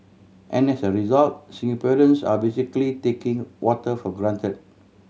and as a result Singaporeans are basically taking water for granted